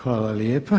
Hvala lijepa.